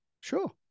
sure